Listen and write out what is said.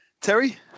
Terry